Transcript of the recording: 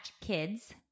kids